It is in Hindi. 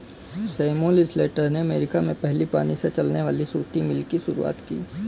सैमुअल स्लेटर ने अमेरिका में पहली पानी से चलने वाली सूती मिल की शुरुआत की